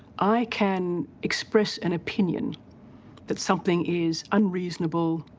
i can express an opinion that something is unreasonable,